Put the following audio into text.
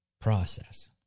process